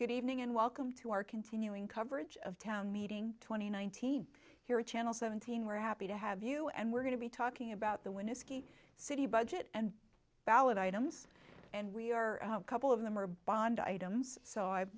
good evening and welcome to our continuing coverage of town meeting twenty nineteen here at channel seventeen we're happy to have you and we're going to be talking about the wineskin city budget and ballot items and we are a couple of them are bond items so i've